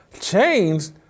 Changed